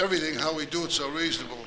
everything how we do it so reasonable